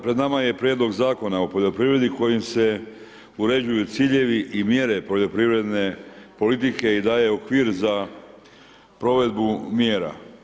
Pred nama je Prijedlog Zakona o poljoprivredu kojim se uređuju ciljevi i mjere poljoprivredne politike i daje okvir za provedbu mjera.